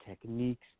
techniques